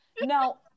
now